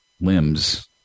limbs